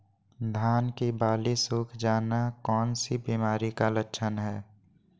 धान की बाली सुख जाना कौन सी बीमारी का लक्षण है?